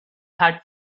had